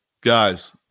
Guys